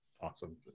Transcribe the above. Awesome